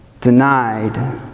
denied